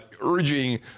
urging